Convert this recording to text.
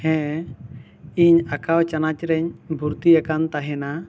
ᱦᱮᱸ ᱤᱧ ᱟᱸᱠᱟᱣ ᱪᱟᱱᱟᱪ ᱨᱮᱧ ᱵᱷᱳᱨᱛᱤ ᱟᱠᱟᱱ ᱛᱟᱦᱮᱱᱟ